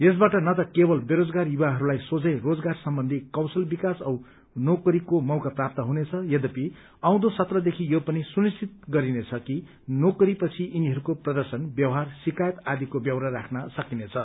यसबाट न त केवल बेरोजगार युवाहरूलाई सोझै रोजगारी सम्बन्ची कौशल विकास औ नोकरीको मौका प्राप्त हुनेछ यद्यपि आउँदो सत्रदेखि यो पनि सुनिश्चित गरिनेछ कि नोकरी पछि यिनीहरूको प्रदर्शन व्यवहार शिकायत आदिको ब्यौरा राख्न सकिनेछ